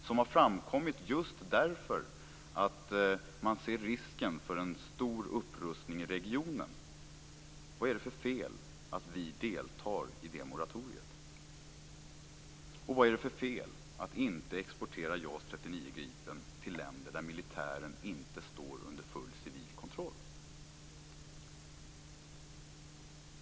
Det har framkommit just därför att man ser risken för en stor upprustning i regionen. Vad är det för fel att vi deltar i det moratoriet? Och vad är det för fel att inte exportera JAS 39 Gripen till länder där militären inte står under full civil kontroll?